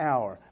Hour